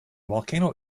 volcano